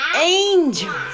angels